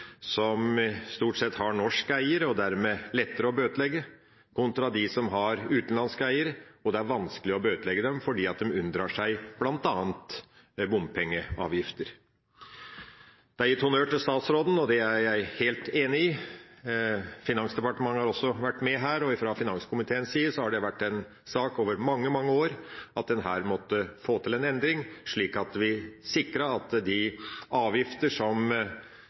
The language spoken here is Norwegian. som stort sett har norsk eier – og dermed er lettere å bøtelegge – kontra dem som har utenlandsk eier, og som er vanskelige å bøtelegge fordi de unndrar seg bl.a. bompengeavgifter. Det er gitt honnør til statsråden, og det er jeg helt enig i. Finansdepartementet har også vært med her, og fra finanskomiteens side har det vært en sak over mange, mange år at en her måtte få til en endring, slik at vi sikrer at de avgiftene som